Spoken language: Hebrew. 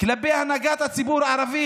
כלפי הנהגת הציבור הערבי,